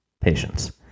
patience